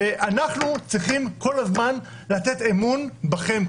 ואנחנו צריכים כל הזמן לתת אמון בכם,